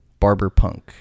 Barberpunk